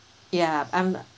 yeah um